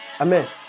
amen